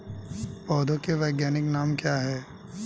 पौधों के वैज्ञानिक नाम क्या हैं?